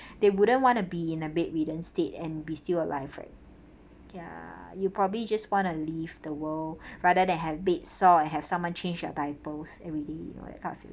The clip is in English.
they wouldn't want to be in a bedridden state and be still alive right ya you probably just wanna leave the world rather than have bed sore and have someone change your diapers everyday right have you